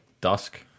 dusk